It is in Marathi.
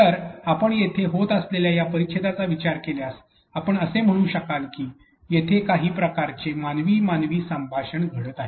तर आपण येथे होत असलेल्या या परिच्छेदाचा विचार केल्यास आपण असे म्हणू शकाल की येथे काही प्रकारचे मानवी मानवी संभाषण घडत आहे